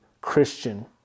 Christian